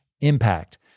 impact